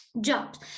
jobs